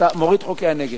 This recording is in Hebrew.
אתה מוריד את חוקי הנגב.